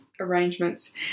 arrangements